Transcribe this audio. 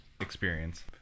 experience